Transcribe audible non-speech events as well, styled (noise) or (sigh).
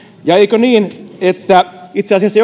ja eikö niin että itse asiassa (unintelligible)